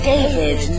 David